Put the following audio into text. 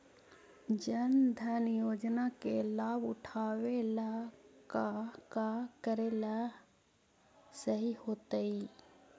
जन धन योजना के लाभ उठावे ला का का करेला सही होतइ?